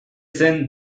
zen